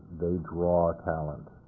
they draw a talent.